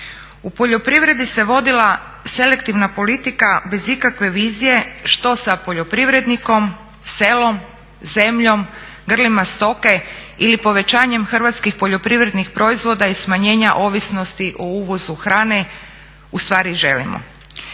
U poljoprivredi se vodila selektivna politika bez ikakve vizije što sa poljoprivrednikom, selom, zemljom, grlima stoke ili povećanjem hrvatskih poljoprivrednih proizvoda i smanjenja ovisnosti o uvozu hrane ustvari želimo.